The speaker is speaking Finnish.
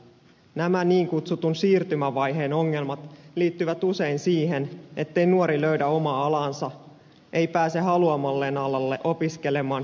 nämä niin kutsutun siirtymävaiheen ongelmat liittyvät usein siihen ettei nuori löydä omaa alaansa ei pääse haluamalleen alalle opiskelemaan tai ei työllisty